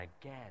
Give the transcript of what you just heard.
again